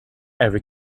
every